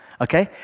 Okay